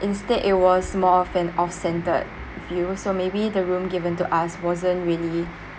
instead it was more of an off centered view so maybe the room given to us wasn't really